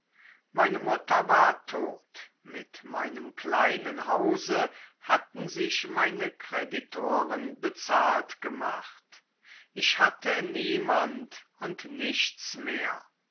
meine mutter war tot mit meinem kleinen hause hatten sich meine kreditoren bezahlt gemacht ich hatte niemand und nichts mehr